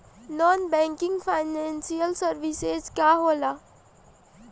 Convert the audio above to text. Non banking financial services का होला?